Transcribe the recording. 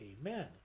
Amen